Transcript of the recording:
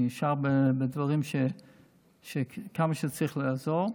אני נשאר בדברים כמה שצריך לעזור.